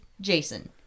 Jason